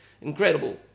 incredible